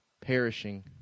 perishing